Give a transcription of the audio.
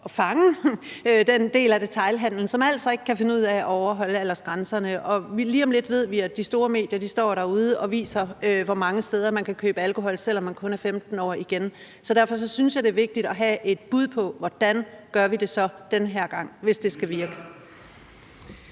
fange den del af detailhandelen, som altså ikke kan finde ud af at overholde aldersgrænserne. Og lige om lidt ved vi, at de store medier igen står derude og viser, hvor mange steder man kan købe alkohol, selv om man kun er 15 år. Derfor synes jeg, det er vigtigt at have et bud på, hvordan vi så gør det den her gang, hvis det skal virke.